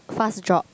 fast job